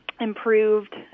Improved